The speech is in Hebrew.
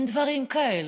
אין דברים כאלה.